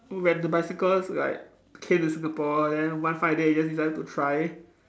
when the bicycles like came to Singapore then one fine day I just decided to try